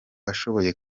ashoboye